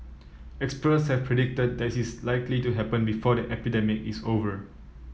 experts have predicted that this is likely to happen before the epidemic is over